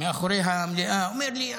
מאחורי המליאה, הוא אומר לי: